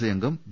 C അംഗം V